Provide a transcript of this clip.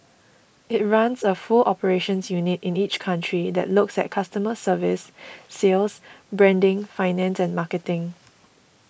it runs a full operations unit in each country that looks at customer service sales branding finance and marketing